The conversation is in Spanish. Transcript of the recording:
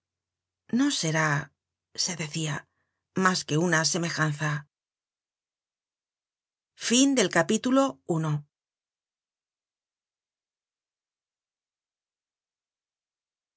no será se decia mas que una semejanza content from